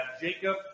Jacob